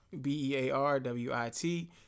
B-E-A-R-W-I-T